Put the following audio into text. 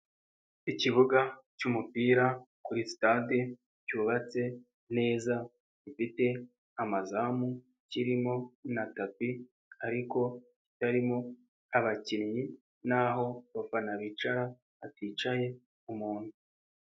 Ikibuga cy'umupira kuri sitade cyubatse neza gifite amazamu kirimo na tapi ariko kitarimo abakinnyi n'aho abafana bicara baticaye umuntu.